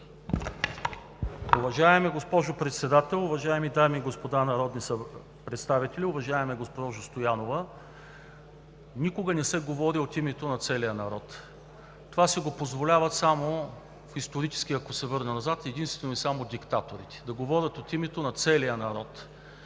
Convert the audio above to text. Уважаема госпожо Председател, уважаеми дами и господа народни представители! Уважаема госпожо Стоянова, никога не се говори от името на целия народ. Това си го позволяват единствено и само – исторически, ако се върна назад, диктаторите, да говорят от името на целия народ.